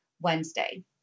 Wednesday